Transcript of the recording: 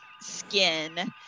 skin